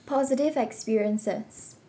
positive experiences